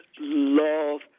love